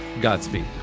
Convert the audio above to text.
Godspeed